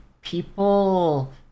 people